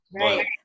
Right